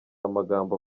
amagambo